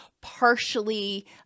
partially